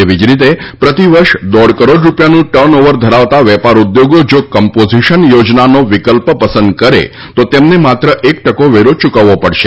એવી જ રીતે પ્રતિવર્ષ દોઢ કરોડ રૂપિયાનું ટર્નઓવર ધરાવતા વેપાર ઉદ્યોગો જો કમ્પોઝીશન યોજનાનો વિકલ્પ પસંદ કરે તો તેમને માત્ર એક ટકો વેરો યૂકવવો પડશે